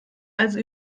also